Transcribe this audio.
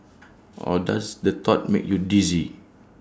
or does the thought make you dizzy